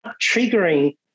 triggering